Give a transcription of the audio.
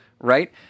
right